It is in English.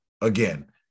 again